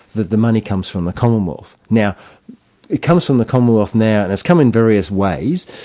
that the money comes from the commonwealth. now it comes from the commonwealth now, and it's come in various ways.